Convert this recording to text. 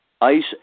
ice